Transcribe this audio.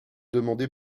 demandée